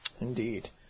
Indeed